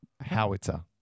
Howitzer